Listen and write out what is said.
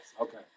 Okay